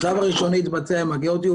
השלב הראשוני התבצע עם הגיאוטיוב.